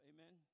Amen